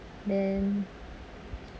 then